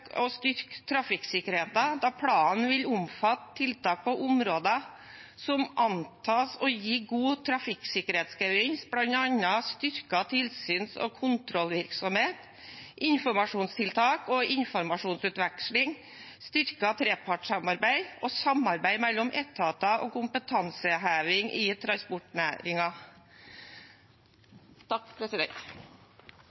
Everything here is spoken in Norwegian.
og styrke trafikksikkerheten, da planen vil omfatte tiltak og områder som antas å gi god trafikksikkerhetsgevinst, bl.a. styrket tilsyns- og kontrollvirksomhet, informasjonstiltak og informasjonsutveksling, styrket trepartssamarbeid og samarbeid mellom etater og kompetanseheving i